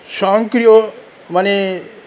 স্বয়ংক্রিয় মানে